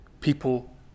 people